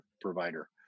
provider